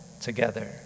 together